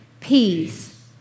peace